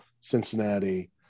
Cincinnati